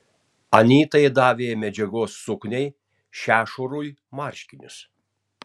anytai davė medžiagos sukniai šešurui marškinius